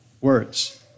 words